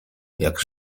jak